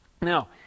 Now